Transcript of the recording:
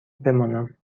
بمانم